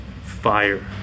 fire